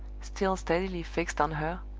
still steadily fixed on her,